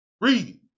Read